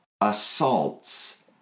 assaults